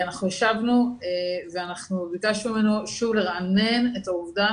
אנחנו ישבנו וביקשנו ממנו שוב לרענן את העובדה